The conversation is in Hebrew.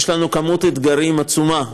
יש לנו כמות אתגרים עצומה,